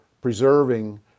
preserving